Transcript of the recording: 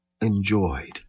enjoyed